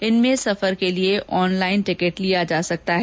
इनमें सफर के लिए ऑनलाइन टिकिट लिया जा सकता है